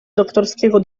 doktorskiego